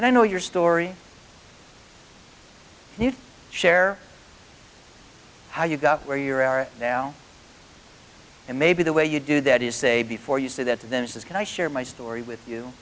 and i know your story you share how you got where you are now and maybe the way you do that is say before you say that then it is can i share my story with you